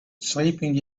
sleeping